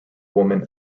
woman